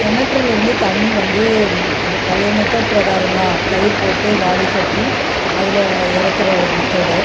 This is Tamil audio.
கிணற்றுலருந்து தண்ணி வந்து பழைய மெத்தட் பிரகாரம் தான் கயிறு போட்டு வாலி கட்டி அதில் இரைக்கர ஒரு மெத்தடு